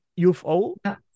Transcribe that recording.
ufo